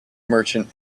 merchant